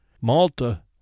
Malta